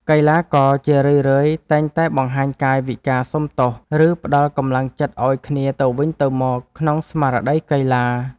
កីឡាករជារឿយៗតែងតែបង្ហាញកាយវិការសុំទោស ឬផ្ដល់កម្លាំងចិត្តឱ្យគ្នាទៅវិញទៅមកក្នុងស្មារតីកីឡា។